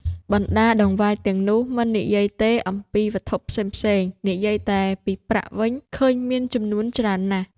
បណ្ដាតង្វាយទាំងនោះ មិននិយាយទេអំពីវត្ថុផ្សេងៗ និយាយតែពីប្រាក់វិញ ឃើញមានចំនួនច្រើនណាស់ ។